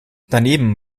daneben